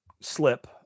slip